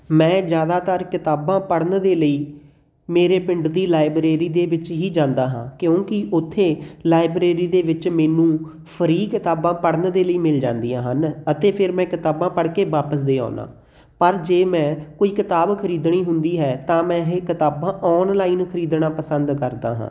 ਮੈਂ ਜ਼ਿਆਦਾਤਰ ਕਿਤਾਬਾਂ ਪੜ੍ਹਨ ਦੇ ਲਈ ਮੇਰੇ ਪਿੰਡ ਦੀ ਲਾਈਬ੍ਰੇਰੀ ਦੇ ਵਿੱਚ ਹੀ ਜਾਂਦਾ ਹਾਂ ਕਿਉਂਕਿ ਉੱਥੇ ਲਾਈਬ੍ਰੇਰੀ ਦੇ ਵਿੱਚ ਮੈਨੂੰ ਫਰੀ ਕਿਤਾਬਾਂ ਪੜ੍ਹਨ ਦੇ ਲਈ ਮਿਲ ਜਾਂਦੀਆਂ ਹਨ ਅਤੇ ਫਿਰ ਮੈਂ ਕਿਤਾਬਾਂ ਪੜ੍ਹ ਕੇ ਵਾਪਸ ਦੇ ਆਉਂਦਾ ਪਰ ਜੇ ਮੈਂ ਕੋਈ ਕਿਤਾਬ ਖਰੀਦਣੀ ਹੁੰਦੀ ਹੈ ਤਾਂ ਮੈਂ ਇਹ ਕਿਤਾਬਾਂ ਔਨਲਾਈਨ ਖਰੀਦਣਾ ਪਸੰਦ ਕਰਦਾ ਹਾਂ